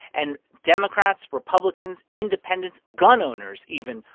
and democrats, republicans, independents, gun owners even,